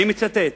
אני מצטט: